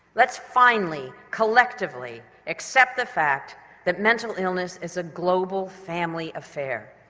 let's finally collectively accept the fact that mental illness is a global family affair,